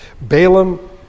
Balaam